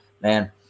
Man